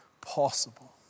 possible